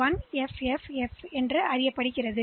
எனவே 2000 அடுத்தது 1FFF என்று சொல்லப்படும்